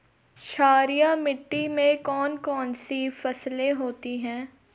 क्षारीय मिट्टी में कौन कौन सी फसलें होती हैं?